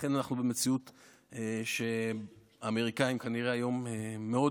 לכן אנחנו במציאות שהאמריקאים כנראה היום מאוד